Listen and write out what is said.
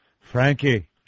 Frankie